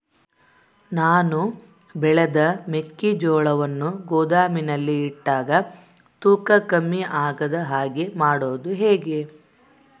ನಾನು ಬೆಳೆದ ಮೆಕ್ಕಿಜೋಳವನ್ನು ಗೋದಾಮಿನಲ್ಲಿ ಇಟ್ಟಾಗ ತೂಕ ಕಮ್ಮಿ ಆಗದ ಹಾಗೆ ಮಾಡೋದು ಹೇಗೆ?